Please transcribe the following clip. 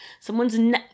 someone's